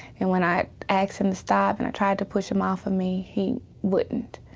and when i asked him to stop and i tried to push him off of me, he wouldnt.